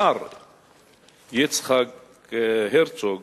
השר יצחק הרצוג,